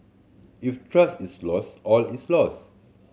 if trust is lost all is lost